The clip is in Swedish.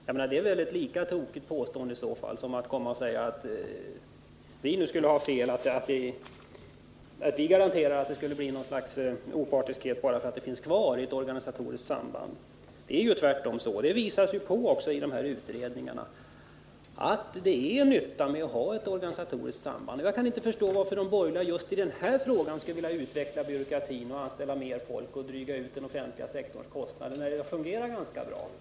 Jag menar att det i så fall är lika tokigt som att påstå att vi bara för att det finns kvar ett organisatoriskt samband skulle ha fel när vi garanterar opartiskhet. Det är ju tvärtom så — och det visar man också på i utredningarna — att det är till nytta att ha ett organisatoriskt samband. Jag kan inte förstå varför de borgerliga i just den här frågan skulle vilja utveckla byråkratin och anställa mer folk och därmed öka den offentliga sektorns kostnader när det fungerar ganska bra.